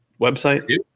website